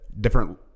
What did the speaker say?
different